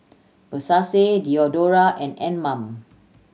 Versace Diadora and Anmum